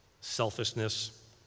selfishness